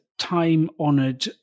time-honored